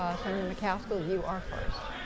ah senator mccaskill, you're first.